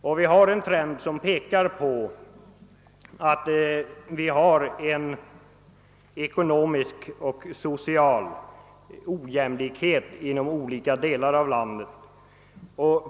Vi kan iaktta en trend som pekar mot en ekonomisk och social ojämlikhet mellan olika delar av landet.